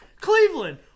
cleveland